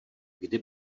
kdy